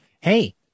Hey